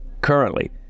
Currently